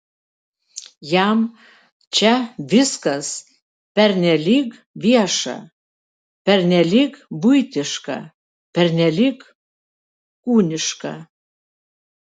jam čia viskas pernelyg vieša pernelyg buitiška pernelyg kūniška